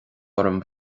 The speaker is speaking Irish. orm